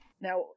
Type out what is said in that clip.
Now